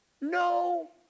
No